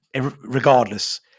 Regardless